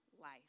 life